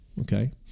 Okay